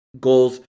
goals